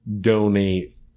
donate